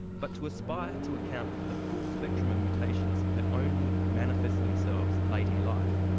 but to aspire to account for the full spectrum of mutations that only manifest themselves late in life,